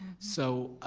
so